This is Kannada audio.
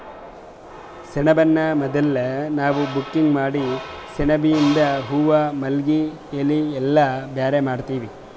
ಸೆಣಬನ್ನ ಮೊದುಲ್ ನಾವ್ ಬಕಿಂಗ್ ಮಾಡಿ ಸೆಣಬಿಯಿಂದು ಹೂವಾ ಮಗ್ಗಿ ಎಲಿ ಎಲ್ಲಾ ಬ್ಯಾರೆ ಮಾಡ್ತೀವಿ